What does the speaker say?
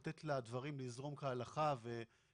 בה כדי למנוע מתן אישור לפי סעיף 330יג(א) עד (ד),